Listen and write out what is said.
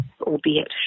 albeit